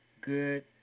good